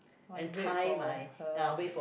I wait for her